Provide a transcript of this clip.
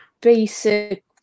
basic